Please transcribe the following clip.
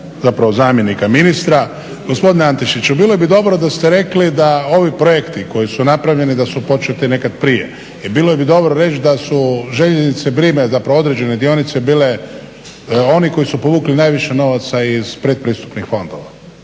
zapravo zamjenika ministra. Gospodine Antešiću bilo bi dobro da ste rekli da ovi projekti koji su napravljeni da su početi nekad prije i bilo bi dobro reći da su željeznice … /Govornik se ne razumije./… zapravo određene dionice bile oni koji su povukli najviše novaca iz pretpristupnih fondova.